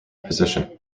position